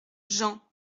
jean